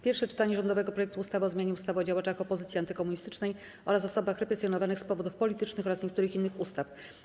Pierwsze czytanie rządowego projektu ustawy o zmianie ustawy o działaczach opozycji antykomunistycznej oraz osobach represjonowanych z powodów politycznych oraz niektórych innych ustaw.